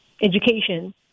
education